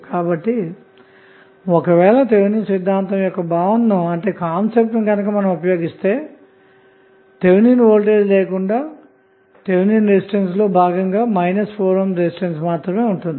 కాబట్టి ఒక వేళ థెవినిన్ సిద్ధాంతం యొక్క భావనను ఉపయోగిస్తేథెవెనిన్ వోల్టేజ్ లేకుండా థెవినిన్ రెసిస్టన్స్ లో భాగంగా 4 ohm రెసిస్టెన్స్ మాత్రమే ఉంటుంది